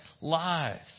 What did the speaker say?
lives